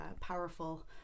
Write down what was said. powerful